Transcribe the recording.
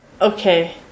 Okay